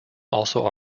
also